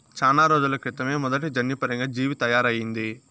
చానా రోజుల క్రితమే మొదటి జన్యుపరంగా జీవి తయారయింది